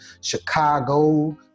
Chicago